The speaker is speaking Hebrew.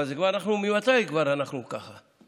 אבל ממתי כבר אנחנו ככה?